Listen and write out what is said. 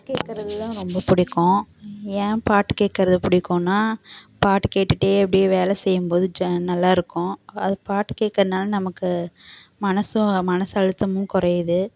எனக்கு பாட்டு கேக்கிறது தான் ரொம்ப பிடிக்கும் ஏன் பாட்டு கேக்கிறது பிடிக்குன்னா பாட்டு கேட்டுகிட்டே அப்படியே வேலை செய்யம்போது நல்லா இருக்கும் அதுக்கு பாட்டு கேக்கிறதுனால நமக்கு மனதும் மன அழுத்தமும் குறையிது